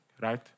right